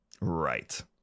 Right